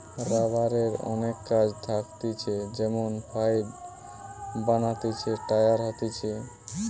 রাবারের অনেক কাজ থাকতিছে যেমন পাইপ বানাতিছে, টায়ার হতিছে